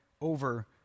over